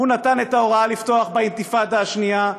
הוא נתן את ההוראה לפתוח באינתיפאדה השנייה,